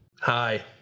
Hi